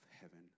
heaven